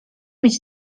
mieć